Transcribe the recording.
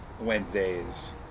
Wednesdays